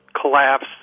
collapse